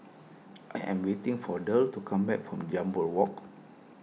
I am waiting for Derl to come back from Jambol Walk